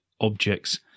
objects